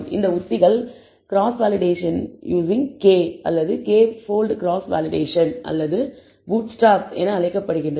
இந்த உத்திகள் cross validation using K அல்லது k போல்ட் கிராஸ் வேலிடேஷன் அல்லது பூட்ஸ்டார்ப் என அழைக்கப்படுகின்றன